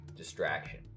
distraction